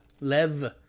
lev